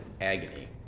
agony